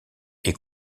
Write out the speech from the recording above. est